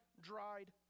dried